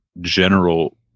general